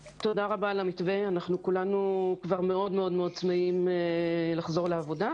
אנחנו כולנו כבר מאוד מאוד מאוד צמאים לחזור לעבודה.